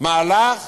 מהלך